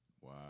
Wow